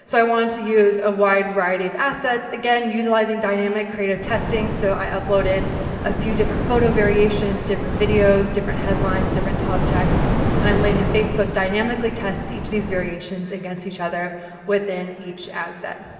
so i want to use a wide variety of assets. again utilising dynamic creative testing, so i uploaded a few different photo variations, different videos, different headlines, different top text and i'm letting facebook dynamically test each of these variations against each other within each ad set.